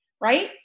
right